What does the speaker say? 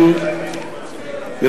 רבותי חברי הכנסת,